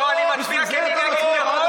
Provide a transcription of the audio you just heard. לא, אני מצביע כי אני נגד טרור